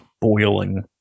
boiling